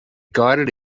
guided